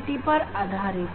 तीव्रता पर आधारित है